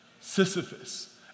Sisyphus